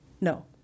no